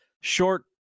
short